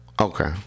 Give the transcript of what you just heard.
Okay